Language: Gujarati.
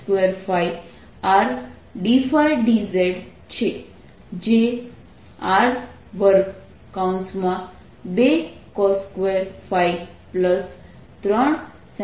dSR22ϕdϕdz છે અને તે જવાબ છે